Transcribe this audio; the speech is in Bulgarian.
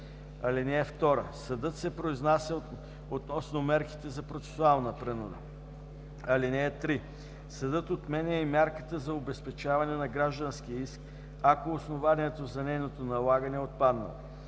чл. 26. (2) Съдът се произнася относно мерките за процесуална принуда. (3) Съдът отменя и мярката за обезпечаване на гражданския иск, ако основанието за нейното налагане е отпаднало.